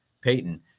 Peyton